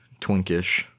twinkish